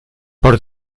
por